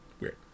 weird